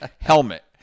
helmet